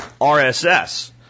RSS